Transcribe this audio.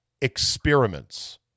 experiments